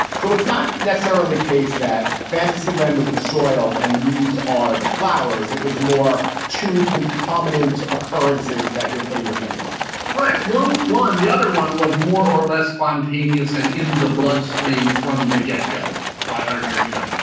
so it's not necessarily case that fantasy land was the soil and these are the flowers. it was more to concomitant occurrences that you're putting your finger on right. one one the other one was more or less spontaneous and in the bloodstream from the get go five hundred years ago,